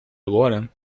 agora